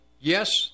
Yes